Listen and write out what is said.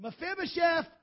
Mephibosheth